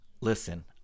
Listen